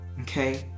okay